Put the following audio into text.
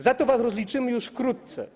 Za to was rozliczmy już wkrótce.